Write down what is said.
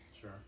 Sure